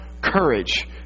courage